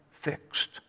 fixed